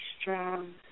strong